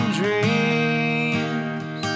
dreams